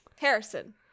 Harrison